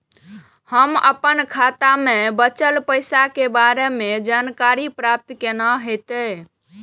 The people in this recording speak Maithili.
हम अपन खाता में बचल पैसा के बारे में जानकारी प्राप्त केना हैत?